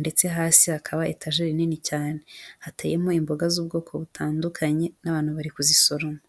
ndetse hasi hakaba itajeri nini cyane, hateyemo imboga z'ubwoko butandukanye n'abantu bari kuzisoroma.